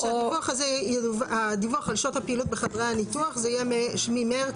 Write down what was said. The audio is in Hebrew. שהדיווח על שעות הפעילות בחדרי הניתוח יהיה ממרץ